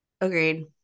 Agreed